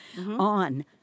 on